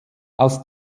aus